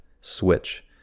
switch